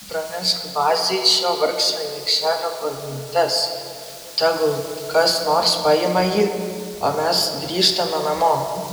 pranešk bazei šio vargšo niekšelio koordinates tegul kas nors paima jį o mes grįžtame namo